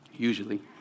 Usually